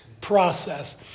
process